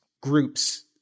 groups